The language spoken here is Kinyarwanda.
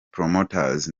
promoters